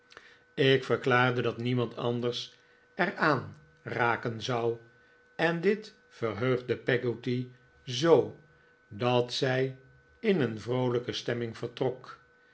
ik verklaarde dat niemand anders er aan raken zou en dit verheugde peggotty zoo dat zij in een vroolijke stemming vertrok